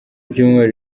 ibyumweru